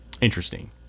interesting